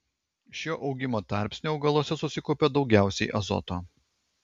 šiuo augimo tarpsniu augaluose susikaupia daugiausiai azoto